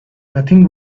nothing